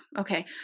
okay